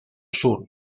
sur